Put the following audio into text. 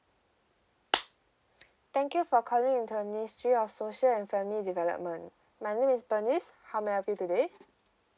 thank you for calling into the ministry of social and family development my name is bernice how may I help you today